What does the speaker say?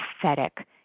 pathetic